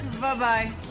Bye-bye